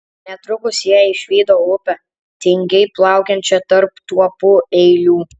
netrukus jie išvydo upę tingiai plaukiančią tarp tuopų eilių